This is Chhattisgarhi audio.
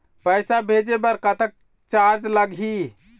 पैसा भेजे बर कतक चार्ज लगही?